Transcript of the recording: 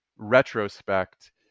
retrospect